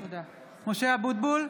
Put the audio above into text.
(קוראת בשמות חברי הכנסת) משה אבוטבול,